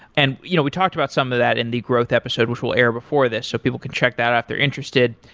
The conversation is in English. and you know we talked about some of that in the growth episode, which we'll air before this so people can check that out if they're interested.